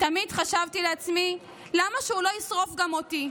תמיד חשבתי לעצמי: למה שהוא לא ישרוף גם אותי?